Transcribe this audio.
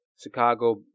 Chicago